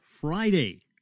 Friday